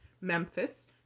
Memphis